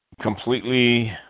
completely